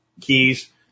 keys